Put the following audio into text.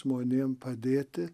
žmonėm padėti